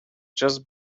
just